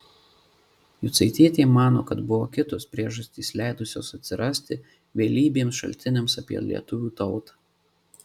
jucaitytė mano kad buvo kitos priežastys leidusios atsirasti vėlybiems šaltiniams apie lietuvių tautą